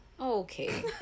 Okay